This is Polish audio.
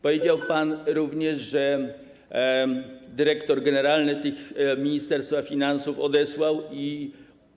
Powiedział pan również, że dyrektor generalny Ministerstwa Finansów odesłał je.